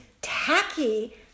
tacky